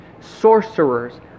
sorcerers